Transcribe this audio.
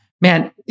Man